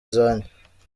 zanjye